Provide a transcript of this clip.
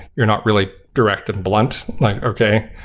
you're not really direct and blunt, like, okay.